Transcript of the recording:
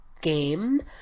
game